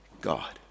God